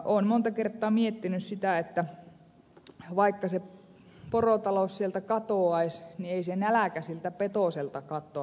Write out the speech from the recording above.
oon monta kertaa miettiny sitä että vaikka se porotalous sieltä katoais niin ei se näläkä siltä petoselta katoa